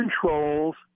controls